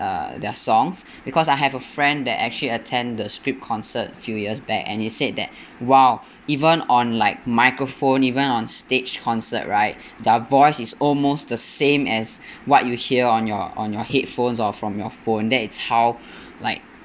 uh their songs because I have a friend that actually attend the script concert few years back and he said that !wow! even on like microphone even on stage concert right their voice is almost the same as what you hear on your on your headphones or from your phone that is how like